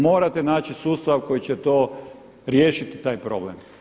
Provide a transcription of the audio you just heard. Morate naći sustav koji će to riješiti taj problem.